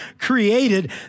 created